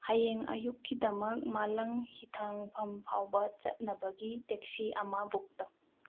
ꯍꯌꯦꯡ ꯑꯌꯨꯛꯀꯤꯗꯃꯛ ꯃꯥꯂꯪ ꯍꯤꯊꯥꯡꯐꯝ ꯐꯥꯎꯕ ꯆꯠꯅꯕꯒꯤ ꯇꯦꯛꯁꯤ ꯑꯃ ꯕꯨꯛ ꯇꯧ